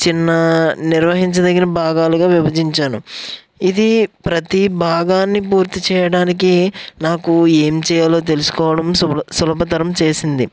చిన్న నిర్వహించదగిన భాగాలుగా విభజించాను ఇది ప్రతి భాగాన్ని పూర్తి చేయడానికి నాకు ఏం చేయాలో తెలుసుకోవడం సుల సులభతరం చేసింది